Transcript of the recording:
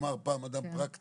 אמר פעם אדם פרקטי,